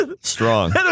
Strong